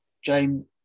Jane